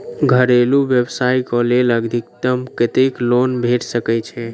घरेलू व्यवसाय कऽ लेल अधिकतम कत्तेक लोन भेट सकय छई?